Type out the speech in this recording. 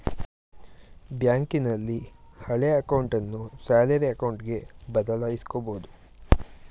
ಬ್ಯಾಂಕಿನಲ್ಲಿ ಹಳೆಯ ಅಕೌಂಟನ್ನು ಸ್ಯಾಲರಿ ಅಕೌಂಟ್ಗೆ ಬದಲಾಯಿಸಕೊಬೋದು